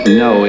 no